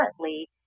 currently